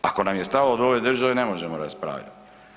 Ako nam je stalo do ove države, ne možemo raspravljati.